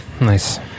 Nice